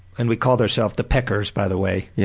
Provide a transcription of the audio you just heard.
and we called ourselves the peckers by the way. yeah